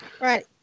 Right